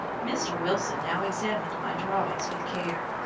mr. wilson now examined my drawings with care,